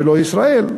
ולא ישראל.